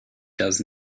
does